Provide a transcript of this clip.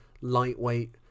lightweight